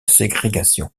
ségrégation